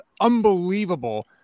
unbelievable